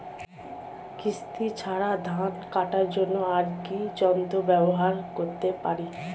কাস্তে ছাড়া ধান কাটার জন্য আর কি যন্ত্র ব্যবহার করতে পারি?